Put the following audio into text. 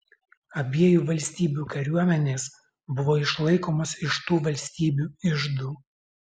abiejų valstybių kariuomenės buvo išlaikomos iš tų valstybių iždų